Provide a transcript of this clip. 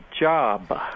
job